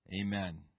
Amen